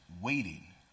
waiting